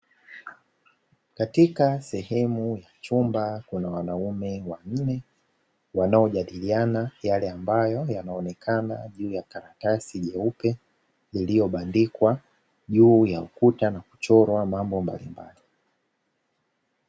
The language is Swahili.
Katika sehemu ya chumba kuna wanaume wanne wanaojadiliana yale ambayo yanaonekana juu ya karatasi jeupe, iliyobandikwa juu ya ukuta na kuchorwa mambo mbalimbali.